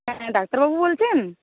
হ্যাঁ ডাক্তারবাবু বলছেন